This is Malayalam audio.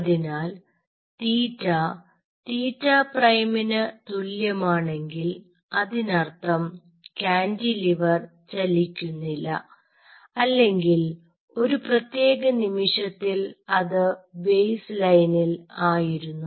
അതിനാൽ തീറ്റ തീറ്റപ്രൈംമിന് തുല്യമാണെങ്കിൽ അതിനർത്ഥം കാന്റിലിവർ ചലിക്കുന്നില്ല അല്ലെങ്കിൽ ഒരു പ്രത്യേക നിമിഷത്തിൽ അത് ബേസ് ലൈനിൽ ആയിരുന്നു